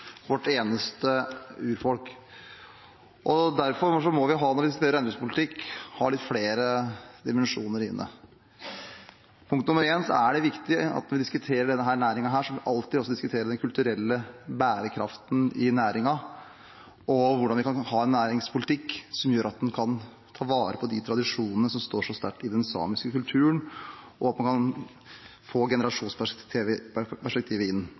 vårt eneste urfolk. Derfor må vi, når vi studerer reindriftspolitikk, ha litt flere dimensjoner inne. Punkt nr. én er at det er viktig når vi diskuterer denne næringen, at vi alltid også diskuterer den kulturelle bærekraften i næringen og hvordan vi kan ha en næringspolitikk som gjør at en kan ta vare på de tradisjonene som står så sterkt i den samiske kulturen, og at en kan få